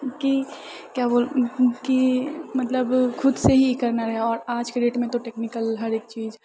कि क्या बोल की मतलब खुद से ही करना रहए आओर आजके डेटमे तो टेक्निकल हरेक चीज